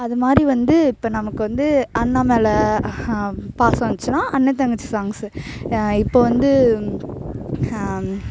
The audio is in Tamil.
அதுமாதிரி வந்து இப்போ நமக்கு வந்து அண்ணன் மேலே பாசம் வந்துச்சுன்னா அண்ணன் தங்கச்சி சாங்க்ஸ் இப்போ வந்து